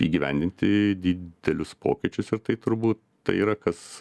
įgyvendinti didelius pokyčius ir tai turbūt tai yra kas